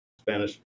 Spanish